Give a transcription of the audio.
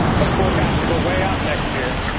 but forecast to go way up next year.